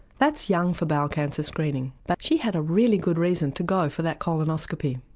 that's young for bowel cancer screening. but she had a really good reason to go for that colonoscopy.